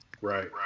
Right